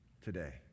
today